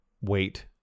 wait